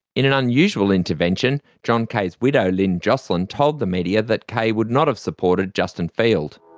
in an unusual intervention, john kaye's widow lynne joselyn told the media that kaye would not have supported justin field.